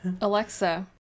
alexa